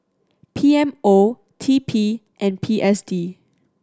P M O T P and P S D